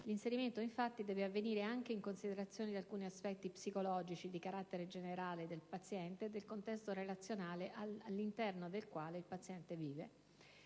L'inserimento, infatti, deve avvenire anche in considerazione di alcuni aspetti psicologici, di carattere generale, del paziente e del contesto relazionale all'interno del quale lo stesso vive.